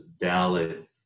valid